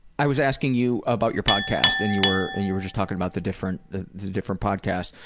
i was asking you about your podcast. and you were and you were just talking about the different, the different podcasts.